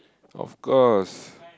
of course